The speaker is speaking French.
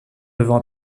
devant